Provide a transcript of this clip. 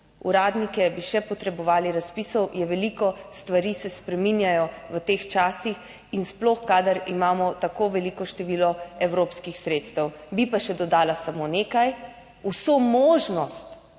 uradnike bi še potrebovali, razpisov je veliko, stvari se spreminjajo v teh časih in sploh kadar imamo tako veliko število evropskih sredstev. Bi pa še dodala samo nekaj. Vso možnost